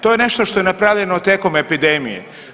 To je nešto što je napravljeno tijekom epidemije.